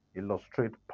illustrate